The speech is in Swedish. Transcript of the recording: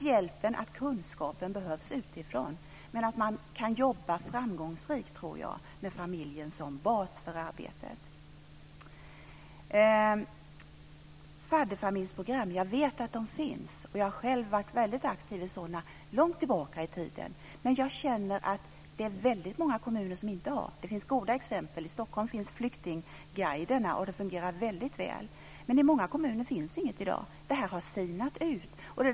Hjälpen och kunskapen behövs utifrån, men jag tror att man kan arbeta framgångsrikt med familjen som bas för arbetet. Jag vet att det finns fadderfamiljsprogram, och jag har själv varit väldigt aktiv i sådana långt tillbaka i tiden. Men det är många kommuner som inte har detta. Det finns goda exempel. I Stockholm finns Flyktingguiderna. Det fungerar väldigt väl. Men i många kommuner finns inget. Det har sinat ut.